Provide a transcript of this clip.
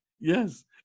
Yes